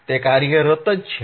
તે કાર્યરત છે